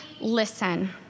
listen